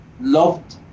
loved